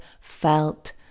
felt